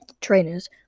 Trainers